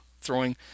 throwing